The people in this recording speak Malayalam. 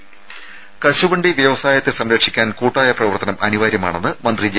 രുമ കശുവണ്ടി വ്യവസായത്തെ സംരക്ഷിക്കാൻ കൂട്ടായ പ്രവർത്തനം അനിവാര്യമാണെന്ന് മന്ത്രി ജെ